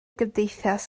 gymdeithas